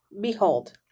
Behold